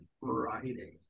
Friday